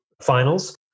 finals